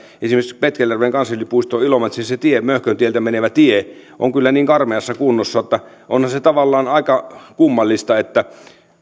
esimerkiksi se petkeljärven kansallispuiston ilomantsin tie möhköntieltä menevä tie on kyllä niin karmeassa kunnossa että onhan se tavallaan aika kummallista että kun